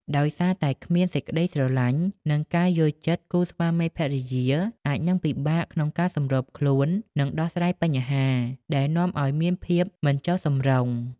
ដោយសារតែគ្មានសេចក្តីស្រលាញ់ និងការយល់ចិត្តគូស្វាមីភរិយាអាចនឹងពិបាកក្នុងការសម្របខ្លួន និងដោះស្រាយបញ្ហា ដែលនាំឱ្យមានភាពមិនចុះសម្រុង។